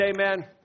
Amen